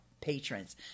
patrons